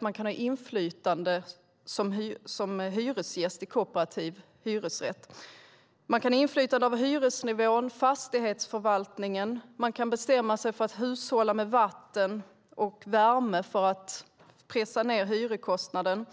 Man kan ha inflytande som hyresgäst i kooperativ hyresrätt. Man kan ha inflytande över hyresnivå och fastighetsförvaltning. Man kan bestämma sig för att hushålla med vatten och värme för att pressa ned hyreskostnaden.